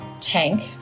tank